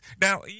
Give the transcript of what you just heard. Now